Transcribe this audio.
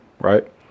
right